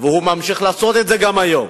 והוא ממשיך לעשות את זה גם היום.